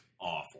awful